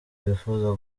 bifuza